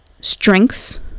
strengths